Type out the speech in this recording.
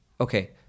okay